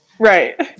Right